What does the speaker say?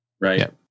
right